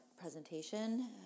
presentation